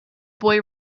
boy